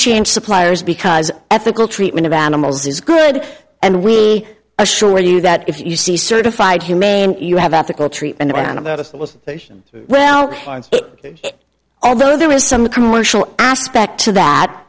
change suppliers because ethical treatment of animals is good and we assure you that if you see certified humane you have ethical treatment and about us it was well although there was some commercial aspect to that